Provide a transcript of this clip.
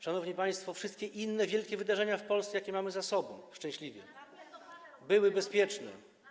Szanowni państwo, wszystkie inne wielkie wydarzenia w Polsce, jakie mamy szczęśliwie za sobą, były bezpieczne.